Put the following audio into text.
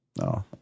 No